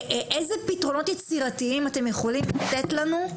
איזה פתרונות יצירתיים אתם יכולים לתת לנו,